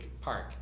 Park